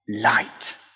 light